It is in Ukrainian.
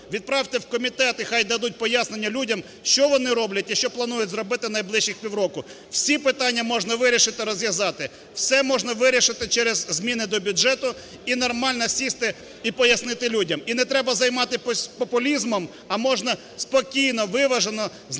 відправте в комітет і нехай дадуть пояснення людям, що вони роблять і що планують зробити найближчих півроку. Всі питання можна вирішити, розв'язати. Все можна вирішити через зміни до бюджету і нормально сісти і пояснити людям. І не треба займатись популізмом, а можна спокійно, виважено знайти